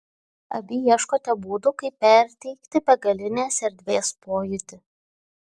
abi ieškote būdų kaip perteikti begalinės erdvės pojūtį